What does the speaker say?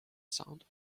sound